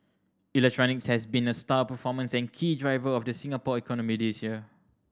electronics has been a star performers and key driver of the Singapore economy this year